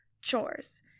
chores